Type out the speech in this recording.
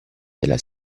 della